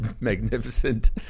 magnificent